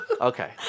Okay